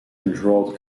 control